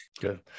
Good